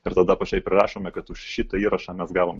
ir tada apačioj prašome kad šitą įrašą mes gavom